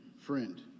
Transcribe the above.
friend